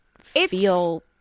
feel